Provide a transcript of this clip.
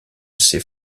ses